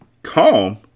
Calm